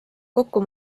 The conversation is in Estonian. kokku